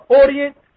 audience